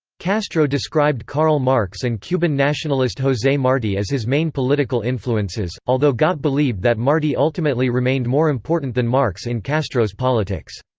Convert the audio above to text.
castro described karl marx and cuban nationalist jose marti as his main political influences, although gott believed that marti ultimately remained more important than marx in castro's politics.